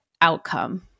outcome